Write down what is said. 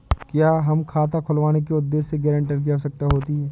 क्या हमें खाता खुलवाने के उद्देश्य से गैरेंटर की आवश्यकता होती है?